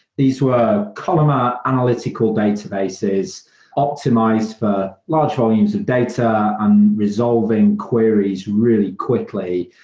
these were columnar analytical databases optimized for large volumes of data and resolving queries really quickly.